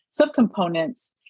subcomponents